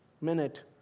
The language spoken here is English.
minute